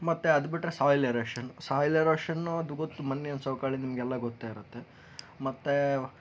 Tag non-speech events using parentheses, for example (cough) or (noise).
ಮತ್ತೆ ಅದು ಬಿಟ್ಟರೆ ಸಾಯಿಲ್ ಏರೋಷನ್ ಸಾಯಿಲ್ ಎರೋಷನ್ನು (unintelligible) ಮಣ್ಣಿನ ಸವಕಳಿ ನಿಮಗೆಲ್ಲ ಗೊತ್ತೇ ಇರುತ್ತೆ ಮತ್ತೆ